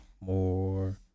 more